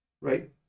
right